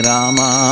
Rama